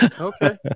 Okay